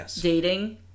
dating